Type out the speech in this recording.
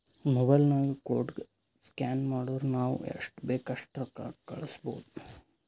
mobile ನಾಗ್ ಕೋಡ್ಗ scan ಮಾಡುರ್ ನಾವ್ ಎಸ್ಟ್ ಬೇಕ್ ಅಸ್ಟ್ ರೊಕ್ಕಾ ಕಳುಸ್ಬೋದ್